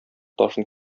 ташын